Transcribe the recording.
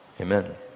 amen